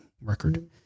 record